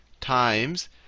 times